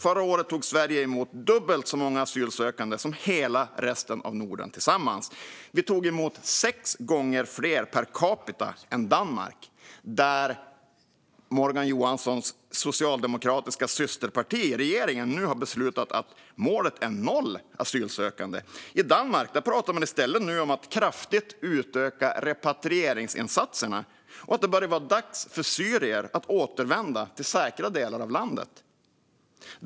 Förra året tog Sverige emot dubbelt så många asylsökande som hela resten av Norden tillsammans. Vi tog emot sex gånger fler per capita än Danmark, där Morgan Johanssons socialdemokratiska systerparti i regeringen nu har beslutat att målet är noll asylsökande. I Danmark pratar man nu i stället om att kraftigt utöka repatrieringsinsatserna och att det börjar vara dags för syrier att återvända till säkra delar av landet.